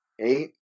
Eight